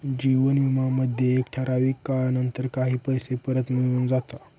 जीवन विमा मध्ये एका ठराविक काळानंतर काही पैसे परत मिळून जाता